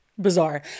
bizarre